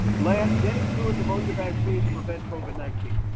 last, getting fluid pneumonia vaccines prevent covid nineteen.